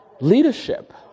leadership